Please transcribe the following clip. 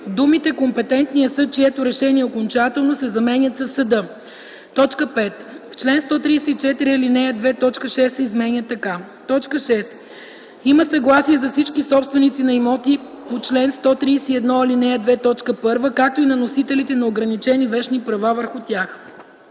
думите „компетентния съд, чието решение е окончателно” се заменят със „съда”. 5. В чл. 134, ал. 2 т. 6 се изменя така: „6. има съгласие на всички собственици на имоти по чл. 131, ал. 2, т. 1, както и на носителите на ограничени вещни права върху тях;”.